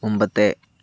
മുൻപത്തെ